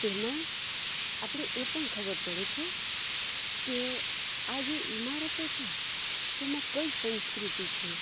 તેમાં આપણે એ પણ ખબર પડે છે કે આ જે ઇમારતો છે તેમાં કઈ સંસ્કૃતિ છે